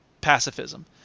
pacifism